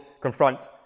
confront